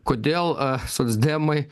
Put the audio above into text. kodėl socdemai